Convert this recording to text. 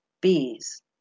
bees